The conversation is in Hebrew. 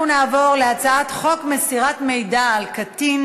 אנחנו נעבור להצעת חוק מסירת מידע על קטין